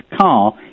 car